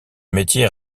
métier